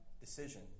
decision